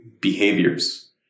behaviors